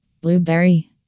Blueberry